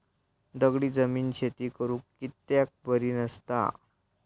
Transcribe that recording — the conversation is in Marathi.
दगडी जमीन शेती करुक कित्याक बरी नसता?